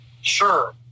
Sure